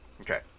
Okay